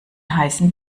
heißen